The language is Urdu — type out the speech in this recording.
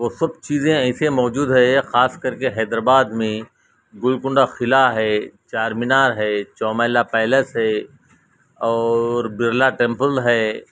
وہ سب چیزیں ایسے موجود ہے خاص کر کے حید آباد میں گولکنڈہ قلعہ ہے چار مینار ہے چومیلا پیلس ہے اور برلا ٹیمپل ہے